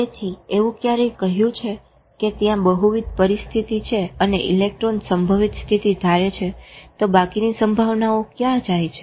તેથી એવું ક્યારેય કહ્યું છે કે ત્યાં બહુવિધ પરિસ્થિતિ છે અને ઇલેક્ટ્રોન સંભવિત સ્થિતિ ધારે છે તો બાકીની સંભાવનાઓ ક્યાં જાય છે